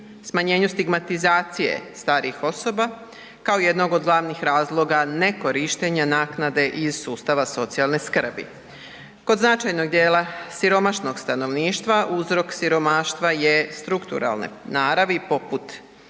smanjenju stigmatizacije starijih osoba kao jednog od glavnih razloga nekorištenja naknade iz sustava socijalne skrbi. Kod značajnog djela siromašnog stanovništva, uzrok siromaštva je strukturalne naravi poput